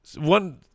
one